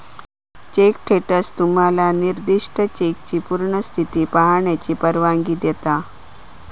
check status तुम्हाला निर्दिष्ट चेकची पूर्ण स्थिती पाहण्याची परवानगी देते